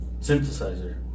synthesizer